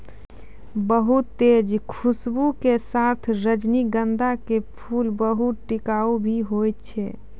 बहुत तेज खूशबू के साथॅ रजनीगंधा के फूल बहुत टिकाऊ भी हौय छै